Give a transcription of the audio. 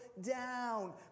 down